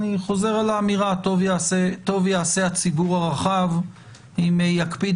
אני חוזר על האמירה: טוב יעשה הציבור הרחב אם יקפיד